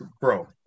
bro